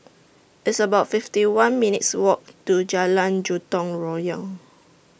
It's about fifty one minutes' Walk to Jalan Gotong Royong